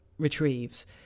retrieves